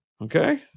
okay